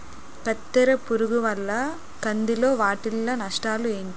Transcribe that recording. కత్తెర పురుగు వల్ల కంది లో వాటిల్ల నష్టాలు ఏంటి